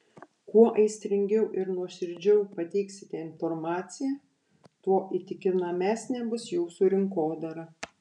kuo aistringiau ir nuoširdžiau pateiksite informaciją tuo įtikinamesnė bus jūsų rinkodara